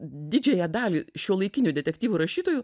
didžiąją dalį šiuolaikinių detektyvų rašytojų